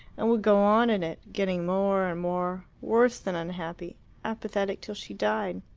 and would go on in it, getting more and more worse than unhappy apathetic till she died?